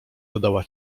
dodała